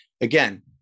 again